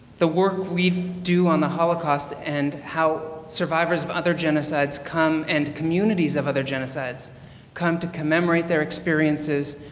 the work we do on the holocaust and how survivors of other genocides come and communities of other genocides come to commemorate their experiences,